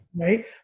Right